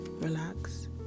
relax